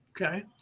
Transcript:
okay